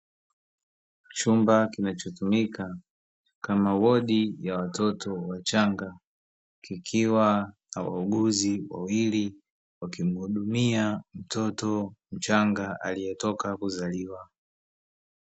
Chumba kinachotumika kama wodi ya watoto wachanga kikiwa na wauguzi wawili, wakimuhudumia mtoto mchanga aliyetoka kuzaliwa.